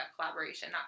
collaboration